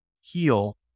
heal